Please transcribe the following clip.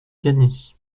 gagny